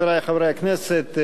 חברי חברי הכנסת,